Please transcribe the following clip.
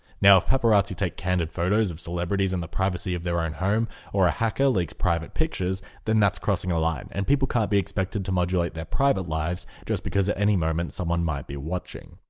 now if paparazzi take candid photos of celebrities in the privacy of their own home or a hacker leaks private pictures then that's crossing a line and people can't be expected to modulate their private lives just because at any moment someone might be watching.